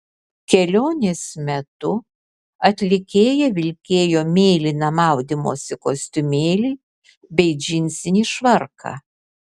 kelionės metu atlikėja vilkėjo mėlyną maudymosi kostiumėlį bei džinsinį švarką